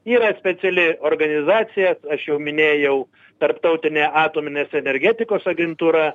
yra speciali organizacija aš jau minėjau tarptautinė atominės energetikos agentūra